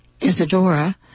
Isadora